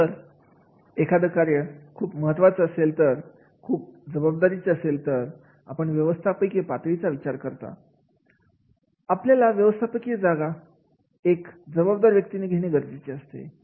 आणि जर एखादा कार्य खूप महत्त्वाचा असेल तर खूप जबाबदार इच्छा असेल तर आपण व्यवस्थापकीय पातळीचा विचार करता आपल्याला व्यवस्थापकीय जागा एक जबाबदार व्यक्तीने घेणे गरजेचे असते